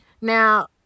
Now